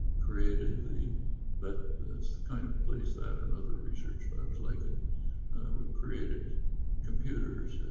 created the that that's the kind of place that and other research labs like it were created computers,